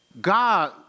God